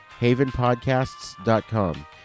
havenpodcasts.com